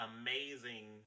amazing